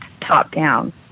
top-down